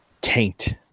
taint